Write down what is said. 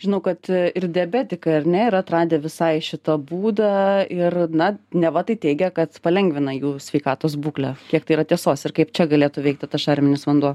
žinau kad ir diabetikai ar ne yra atradę visai šitą būdą ir na neva tai teigia kad palengvina jų sveikatos būklę kiek tai yra tiesos ir kaip čia galėtų veikti tas šarminis vanduo